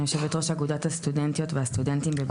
אני יושבת ראש אגודת הסטודנטיות והסטודנטים בבית ברל.